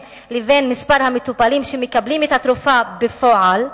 לבין מספר המטופלים שמקבלים את התרופה בפועל.